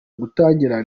gutangira